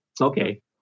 Okay